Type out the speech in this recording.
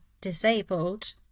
disabled